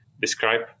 describe